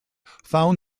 find